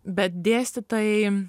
bet dėstytojai